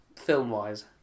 film-wise